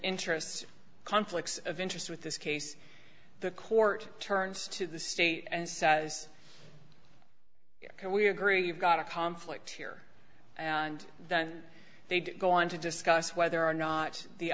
interest conflicts of interest with this case the court turns to the state and says ok we agree you've got a conflict here and then they'd go on to discuss whether or not the